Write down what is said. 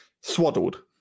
swaddled